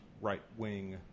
right-wing